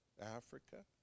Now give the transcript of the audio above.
Africa